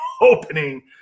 opening